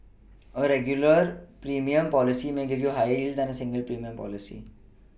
a regular premium policy may give you higher yield than a single premium policy